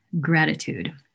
Gratitude